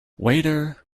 waiter